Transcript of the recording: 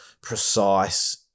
precise